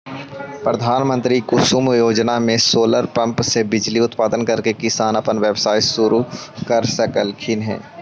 प्रधानमंत्री कुसुम योजना में सोलर पंप से बिजली उत्पादन करके किसान अपन व्यवसाय शुरू कर सकलथीन हे